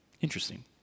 Interesting